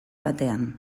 batean